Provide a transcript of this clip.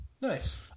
Nice